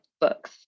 books